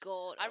God